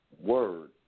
Word